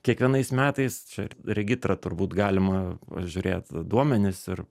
kiekvienais metais čia regitrą turbūt galima pažiūrėt duomenis ir